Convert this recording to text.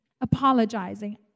apologizing